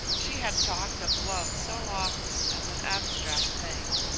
she had talked of love so often as an abstract thing,